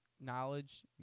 knowledge